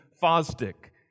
Fosdick